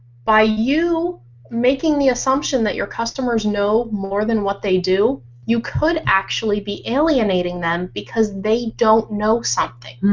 by you making the assumption that your customers know more than what they do you could actually be alienating them because they don't know know something.